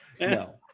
No